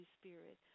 Spirit